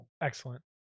Excellent